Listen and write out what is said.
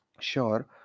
sure